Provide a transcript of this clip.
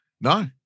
No